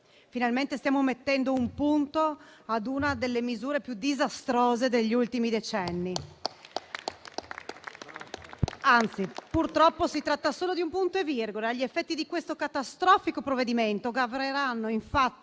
finalmente stiamo mettendo un punto ad una delle misure più disastrose degli ultimi decenni. Anzi, purtroppo si tratta solo di un punto e virgola; gli effetti di questo catastrofico provvedimento graveranno infatti